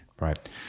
Right